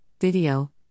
Video